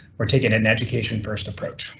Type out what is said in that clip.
we're taking an education first approach.